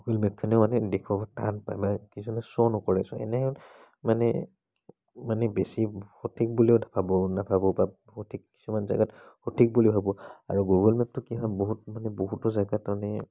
Google মেপখনেও মানে দেখুৱাব টান পায় মানে কিছুমানে শ্ব' নকৰে চ' এনেহেন মানে মানে বেছি সঠিক বুলিও ভাবোঁ নাভাবোঁ বা সঠিক কিছুমান জেগাত সঠিক বুলি ভাবোঁ আৰু গুগল মেপটো কি হয় বহুত মানে বহুতো জেগাত মানে